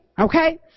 Okay